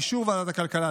באישור ועדת הכלכלה,